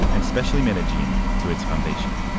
and especially medellin, to its foundation